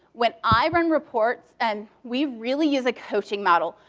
when i run reports, and we really use a coaching model.